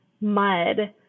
mud